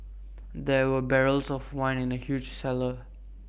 there were barrels of wine in the huge cellar